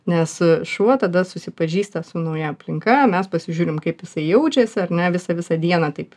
nes šuo tada susipažįsta su nauja aplinka mes pasižiūrim kaip jisai jaučiasi ar ne visą visą dieną taip